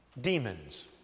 Demons